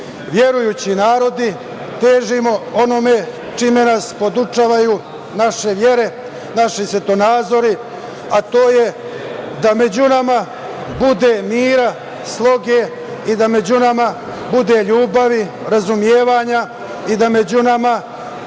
verujući narodi težimo onome čime nas podučavaju naše vere, naši svetonazori, a to je da među nama bude mira, sloge i da među nama bude ljubavi, razumevanje i među nama